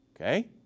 Okay